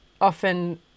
often